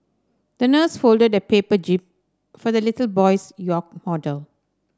the nurse folded a paper jib for the little boy's yacht model